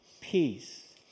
peace